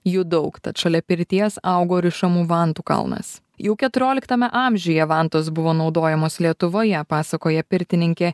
jų daug tad šalia pirties augo rišamų vantų kalnas jau keturioliktame amžiuje vantos buvo naudojamos lietuvoje pasakoja pirtininkė